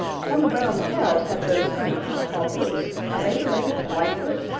farmer brown's cows have those funny feet called hoofs are they related to lightfoot?